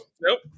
nope